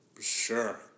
Sure